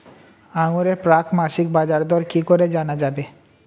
আঙ্গুরের প্রাক মাসিক বাজারদর কি করে জানা যাবে?